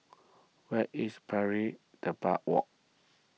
where is Pari Walk